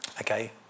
okay